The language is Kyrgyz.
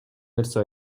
нерсе